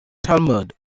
talmud